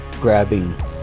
grabbing